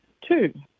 two